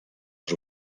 els